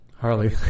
Harley